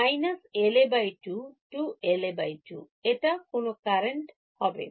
− LA2 to LA2 এটা কোন current হবে